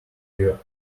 your